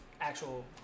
actual